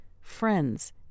friends